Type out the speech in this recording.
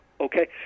okay